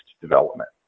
development